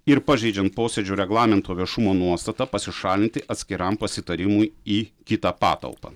ir pažeidžiant posėdžio reglamento viešumo nuostatą pasišalinti atskiram pasitarimui į kitą patalpą